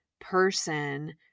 person